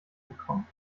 gekommen